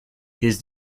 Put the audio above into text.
his